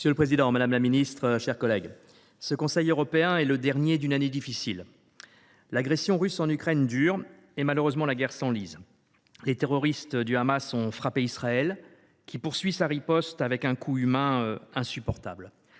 Monsieur le président, madame la secrétaire d’État, mes chers collègues, ce Conseil européen est le dernier d’une année difficile. L’agression russe en Ukraine dure et, malheureusement, la guerre s’enlise. Les terroristes du Hamas ont frappé Israël, qui poursuit sa riposte, avec un coût humain insupportable.